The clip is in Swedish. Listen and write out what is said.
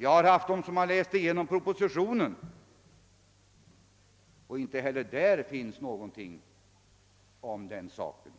Jag har låtit en del personer läsa igenom propositionen — inte heller där finns något nämnt om saken.